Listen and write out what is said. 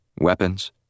weapons